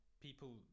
people